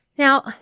Now